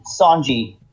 Sanji